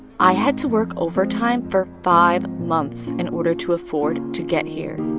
i had to work overtime for five months in order to afford to get here.